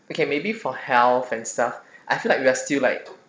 okay maybe for health and stuff I feel like we are still like